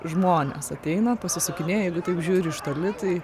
žmonės ateina pasisukinėja jeigu taip žiūri iš toli tai